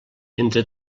entre